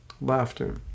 Laughter